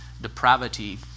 depravity